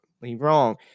wrong